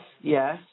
Yes